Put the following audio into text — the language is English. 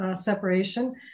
separation